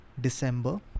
december